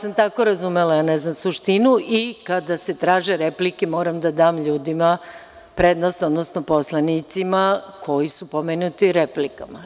Ja sam tako razumela, ne znam suštinu i kada se traže replike, moram da dam ljudima prednost, odnosno poslanicima koji su pomenuti u replikama.